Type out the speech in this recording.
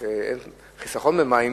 מהחיסכון במים,